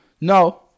no